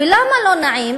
למה לא נעים?